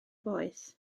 boeth